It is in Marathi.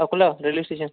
Akola railway station